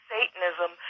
Satanism